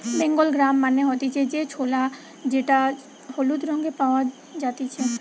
Bengal gram মানে হতিছে যে ছোলা যেটা হলুদ রঙে পাওয়া জাতিছে